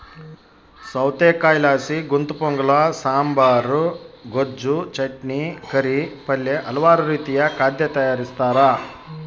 ಸೌತೆಕಾಯಿಲಾಸಿ ಗುಂತಪೊಂಗಲ ಸಾಂಬಾರ್, ಗೊಜ್ಜು, ಚಟ್ನಿ, ಕರಿ, ಪಲ್ಯ ಹಲವಾರು ರೀತಿಯ ಖಾದ್ಯ ತಯಾರಿಸ್ತಾರ